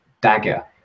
Dagger